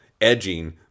edging